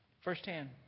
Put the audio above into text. firsthand